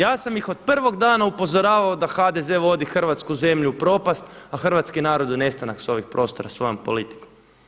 Ja sam ih od prvog dana upozoravao da HDZ vodi Hrvatsku zemlju u propast, a hrvatski narod u nestanak sa ovih prostora svojom politikom.